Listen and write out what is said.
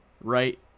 Right